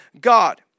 God